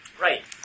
Right